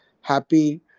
happy